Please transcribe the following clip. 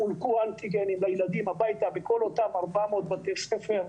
חולקו אנטיגנים לילדים הביתה בכל אותם 400 בתי ספר,